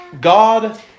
God